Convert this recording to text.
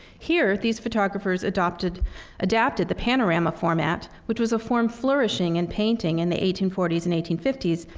here, these photographers adapted adapted the panorama format, which was a form flourishing in painting in the eighteen forty s and eighteen fifty s,